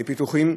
לפיתוחים,